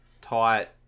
tight